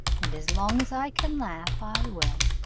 and as long as i can laugh i will.